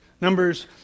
Numbers